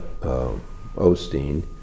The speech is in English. Osteen